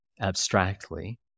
abstractly